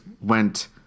went